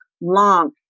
long